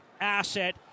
asset